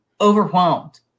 overwhelmed